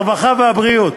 הרווחה והבריאות